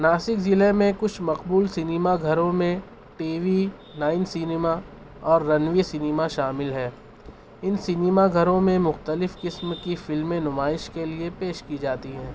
ناسک ضلعے میں کچھ مقبول سنیما گھروں میں ٹی وی نائین سنیما اور رنوی سنیما شامل ہے ان سنیما گھروں میں مختلف قسم کی فلمیں نمائیش کے لیے پیش کی جاتی ہیں